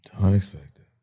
Unexpected